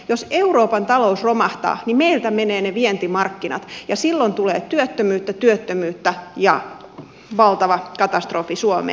jos euroopan talous romahtaa meiltä menevät ne vientimarkkinat ja silloin tulee työttömyyttä työttömyyttä ja valtava katastrofi suomeen